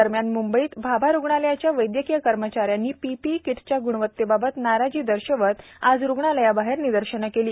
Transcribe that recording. दरम्यान म्ंबईत भाभा रुग्णालयातल्या वैदयकीय कर्मचाऱ्यांनी पीपीई किट्सच्या गणवत्तेबाबत नाराजी दर्शवत आज रुग्णालयाबाहेर निदर्शनं केली